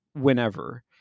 whenever